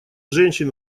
женщин